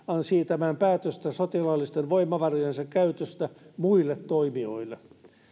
siirtämään päätöstä sotilaallisten voimavarojensa käytöstä muille toimijoille